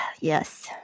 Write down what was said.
Yes